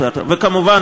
וכמובן,